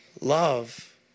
Love